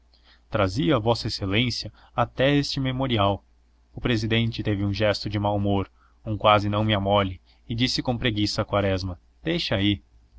trazia a vossa excelência até este memorial o presidente teve um gesto de mau humor um quase não me amole e disse com preguiça a quaresma deixa aí